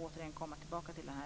återigen komma tillbaka till en sak.